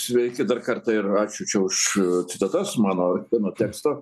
sveiki dar kartą ir ačiū čia už citatas mano vieno teksto